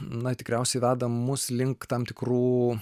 na tikriausiai veda mus link tam tikrų